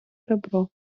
ребро